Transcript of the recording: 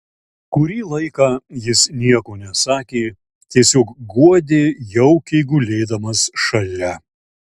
kurį laiką jis nieko nesakė tiesiog guodė jaukiai gulėdamas šalia